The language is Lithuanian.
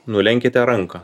nulenkite ranką